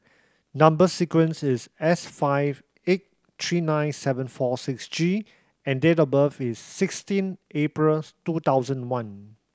number sequence is S five eight three nine seven four six G and date of birth is sixteen April's two thousand one